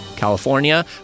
California